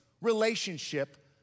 relationship